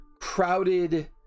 crowded